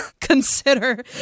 consider